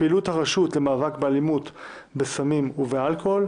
פעילות הרשות למאבק באלימות בסמים ובאלכוהול,